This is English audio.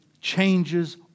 changes